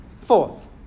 Fourth